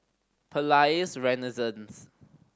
Palais Renaissance